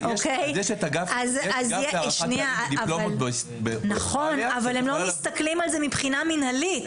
הם לא מסתכלים על זה מבחינה מינהלית.